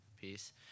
peace